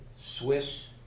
Swiss